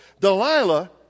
Delilah